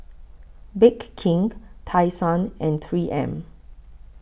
Bake King Tai Sun and three M